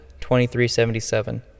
2377